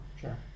Sure